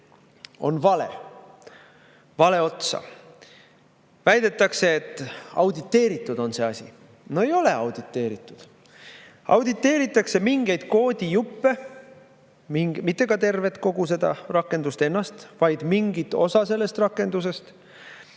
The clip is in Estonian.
olnud vale vale otsa. Väidetakse, et see asi on auditeeritud. No ei ole auditeeritud! Auditeeritakse mingeid koodijuppe, mitte kogu seda rakendust ennast, vaid mingit osa sellest rakendusest.